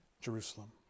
Jerusalem